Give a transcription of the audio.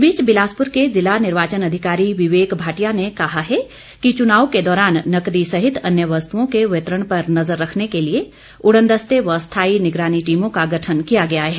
इस बीच बिलासपुर जिला निर्वाचन अधिकारी विवेक भाटिया ने कहा है कि चुनाव के दौरान नकदी सहित अन्य वस्तुओं के वितरण पर नज़र रखने के लिए उड़न दस्ते व स्थाई निगरानी टीमों का गठन किया गया है